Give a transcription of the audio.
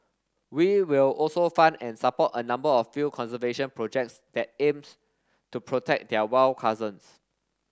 we will also fund and support a number of field conservation projects that aims to protect their wild cousins